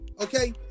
Okay